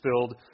filled